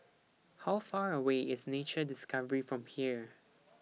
How Far away IS Nature Discovery from here